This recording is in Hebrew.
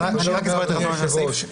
אדוני היושב-ראש,